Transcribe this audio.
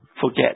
forget